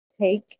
take